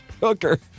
hooker